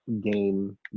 Game